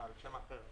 כן.